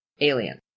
alien